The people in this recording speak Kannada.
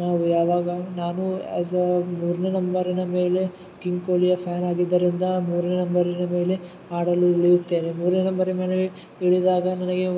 ನಾವು ಯಾವಾಗ ನಾನು ಅಸಾಗ್ ಮೂರನೇ ನಂಬರಿನ ಮೇಲೆ ಕಿಂಗ್ ಕೊಹ್ಲಿಯ ಫ್ಯಾನ್ ಆಗಿದ್ದರಿಂದ ಮೂರನೇ ನಂಬರಿನ ಮೇಲೆ ಆಡಲು ಇಳಿಯುತ್ತೇನೆ ಮೂರನೇ ನಂಬರು ನನಗೆ ಇಳಿದಾಗ ನನಗೆ